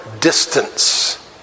distance